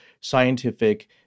scientific